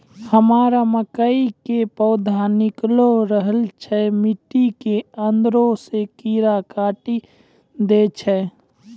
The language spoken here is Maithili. हमरा मकई के पौधा निकैल रहल छै मिट्टी के अंदरे से कीड़ा काटी दै छै?